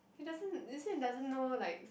he doesn't he say he doesn't know like